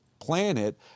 planet